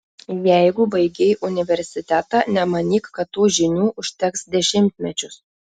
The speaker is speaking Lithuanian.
jeigu baigei universitetą nemanyk kad tų žinių užteks dešimtmečius